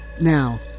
Now